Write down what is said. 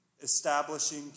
establishing